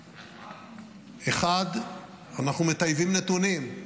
1. אנחנו מטייבים נתונים.